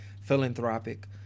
philanthropic